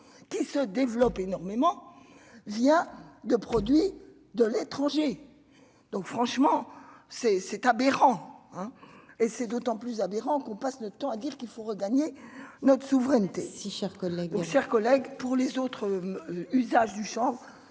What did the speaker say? qui se développe énormément vient de produits de l'étranger, donc franchement c'est c'est aberrant, hein, et c'est d'autant plus aberrant qu'on passe notre temps à dire qu'il faut regagner notre souveraineté si chers collègues et chers collègues, pour les autres usages du chant,